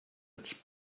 its